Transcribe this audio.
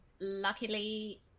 Luckily